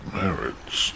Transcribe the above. merits